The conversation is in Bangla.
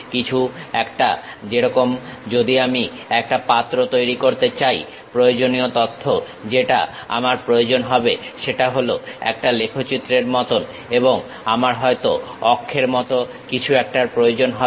কিছু একটা যেরকম যদি আমি একটা পাত্র তৈরি করতে চাই প্রয়োজনীয় তথ্য যেটা আমার প্রয়োজন হবে সেটা হলো একটা লেখচিত্রের মতন এবং আমার হয়তো অক্ষের মত কিছু একটার প্রয়োজন হবে